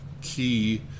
key